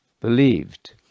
believed